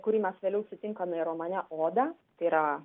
kurį mes vėliau sutinkame ir romane oda tai yra